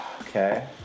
Okay